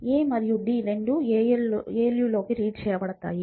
a మరియు d రెండూ ALUలో కి రీడ్ చేయబడతాయి